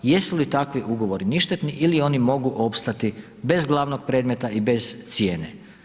Jesu li takvi ugovori ništetni ili oni mogu opstati bez glavnog predmeta i bez cijene?